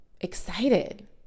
excited